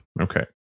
okay